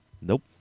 Nope